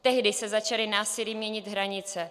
Tehdy se začaly násilím měnit hranice.